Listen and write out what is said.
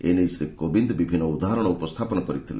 ଏ ନେଇ ଶ୍ରୀ କୋବିନ୍ଦ ବିଭିନ୍ନ ଉଦାହରଣ ଉପସ୍ଥାପନ କରିଥିଲେ